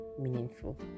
meaningful